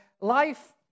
life